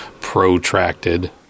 protracted